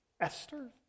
Esther